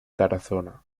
tarazona